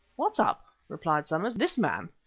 what's up? replied somers. this man,